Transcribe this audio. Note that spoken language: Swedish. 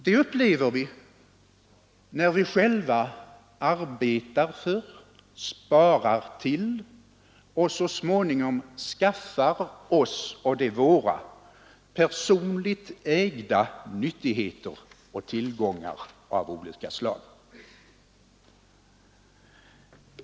Det upplever vi när vi själva arbetar för, sparar till och så småningom skaffar oss och de våra personligt ägda nyttigheter och tillgångar av olika slag.